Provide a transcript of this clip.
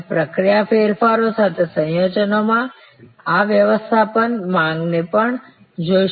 તમે પ્રક્રિયા ફેરફારો સાથે સંયોજનમાં આ વ્યવસ્થાપન માંગને પણ જોઈ શકો છો